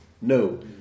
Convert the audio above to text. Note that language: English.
no